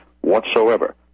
whatsoever